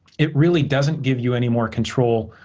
it really doesn't give you any more control